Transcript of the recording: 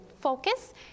focus